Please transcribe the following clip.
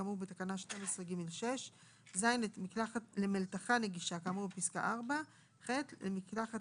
כאמור בתקנה 12ג(6); (ז)למלתחה נגישה כאמור בפסקה (4); (ח)למקלחת